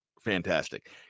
fantastic